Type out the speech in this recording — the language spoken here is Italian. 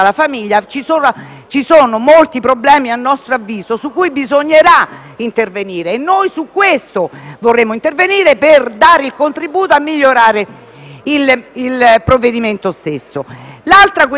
ci siano molti problemi su cui bisognerà intervenire, e su questo vorremmo intervenire per dare un contributo a migliorare il provvedimento stesso. L'altra questione